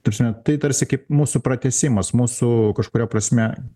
ta prasme tai tarsi kaip mūsų pratęsimas mūsų kažkuria prasme